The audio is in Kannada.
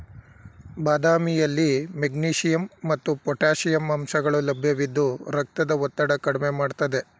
ಬಾದಾಮಿಯಲ್ಲಿ ಮೆಗ್ನೀಷಿಯಂ ಮತ್ತು ಪೊಟ್ಯಾಷಿಯಂ ಅಂಶಗಳು ಲಭ್ಯವಿದ್ದು ರಕ್ತದ ಒತ್ತಡ ಕಡ್ಮೆ ಮಾಡ್ತದೆ